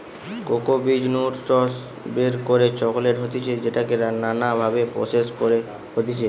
cocoa বীজ নু রস বের করে চকলেট হতিছে যেটাকে নানা ভাবে প্রসেস করতে হতিছে